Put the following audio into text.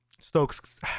Stokes